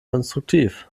konstruktiv